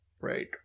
Right